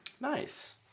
Nice